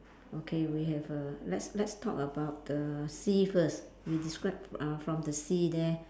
okay we have a let's let's talk about the sea first we describe uh from the sea there